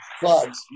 plugs